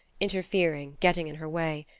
interfering, getting in her way.